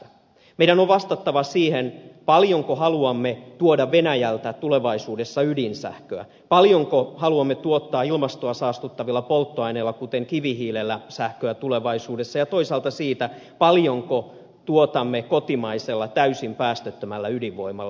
meidän on vastattava siihen paljonko haluamme tuoda venäjältä tulevaisuudessa ydinsähköä paljonko haluamme tuottaa ilmastoa saastuttavilla polttoaineilla kuten kivihiilellä sähköä tulevaisuudessa ja toisaalta siihen paljonko tuotamme kotimaisella täysin päästöttömällä ydinvoimalla